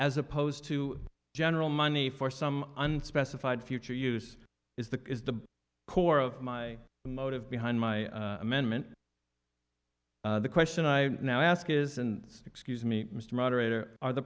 as opposed to general money for some unspecified future use is the is the core of my motive behind my amendment the question i now ask is and excuse me mr moderator are the